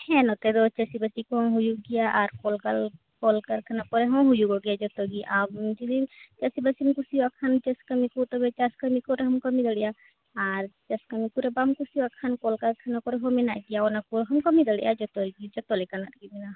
ᱦᱮᱸ ᱱᱚᱛᱮ ᱫᱚ ᱪᱟᱹᱥᱤ ᱵᱟᱹᱥᱤ ᱠᱚᱦᱚᱸ ᱦᱩᱭᱩᱜ ᱜᱮᱭᱟ ᱟᱨ ᱠᱚᱞ ᱠᱟᱞ ᱠᱚ ᱠᱚᱞᱠᱟᱨᱠᱷᱟᱱᱟ ᱠᱚᱨᱮ ᱦᱚᱸ ᱦᱩᱭᱩᱜᱚᱜ ᱜᱮᱭᱟ ᱡᱚᱛᱚ ᱜᱮ ᱟᱢ ᱜᱤ ᱡᱩᱫᱤ ᱪᱟᱹᱥᱤ ᱵᱟᱹᱥᱤᱢ ᱠᱩᱥᱤᱭᱟᱜ ᱠᱷᱟᱱ ᱪᱟᱥ ᱠᱟᱹᱢᱤ ᱠᱚ ᱛᱚᱵᱮ ᱪᱟᱥ ᱠᱟᱹᱢᱤ ᱠᱚᱨᱮ ᱦᱚᱢ ᱠᱟᱹᱢᱤ ᱫᱟᱲᱮᱭᱟᱜᱼᱟ ᱟᱨ ᱪᱟᱥ ᱠᱟᱹᱢᱤ ᱠᱚᱨᱮ ᱵᱟᱢ ᱠᱩᱥᱤᱭᱟᱜ ᱠᱷᱟᱱ ᱠᱚᱞᱠᱟᱨᱠᱷᱟᱱᱟ ᱠᱚᱨᱮ ᱦᱚᱸ ᱢᱮᱱᱟᱜ ᱜᱮᱭᱟ ᱚᱱᱟ ᱠᱚᱦᱚᱢ ᱠᱟᱹᱢᱤ ᱫᱟᱲᱤᱜᱼᱟ ᱡᱚᱛᱚ ᱜᱤ ᱡᱚᱛᱚ ᱞᱮᱠᱟᱱᱟᱜ ᱜᱮ ᱢᱮᱱᱟᱜᱼᱟ